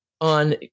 on